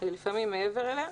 ולפעמים מעבר לה.